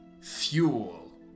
fuel